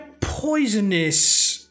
poisonous